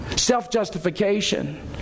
Self-justification